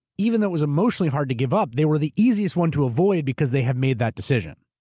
even though it was emotionally hard to give up, they were the easiest one to avoid because they have made that decision.